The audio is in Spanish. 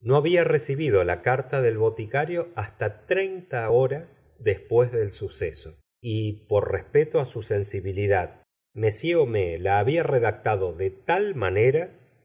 no había recibido la carta del boticario hasta treinta horas después del suceso y por respeto á su sensibilidad m homais la había redactado de tal manera